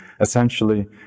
essentially